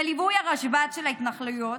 בליווי הרבש"ץ של ההתנחלויות.